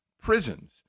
prisons